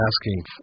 asking